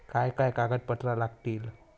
काय काय कागदपत्रा लागतील?